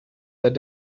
their